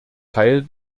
teil